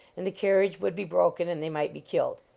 and the carriage would be broken and they might be killed.